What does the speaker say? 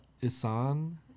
Isan